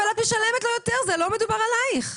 אבל את משלמת לו יותר, לא מדובר עליך.